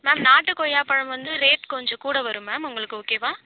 ma'am நாட்டு கொய்யாப்பழம் வந்து ரேட் கொஞ்சம் கூட வரும் மேம் உங்களுக்கு ஓகேவா